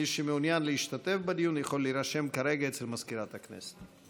מי שמעוניין להשתתף בדיון יכול להירשם כרגע אצל מזכירת הכנסת.